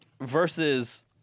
versus